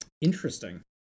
Interesting